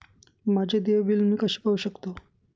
माझे देय बिल मी कसे पाहू शकतो?